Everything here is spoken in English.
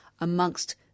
amongst